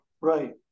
right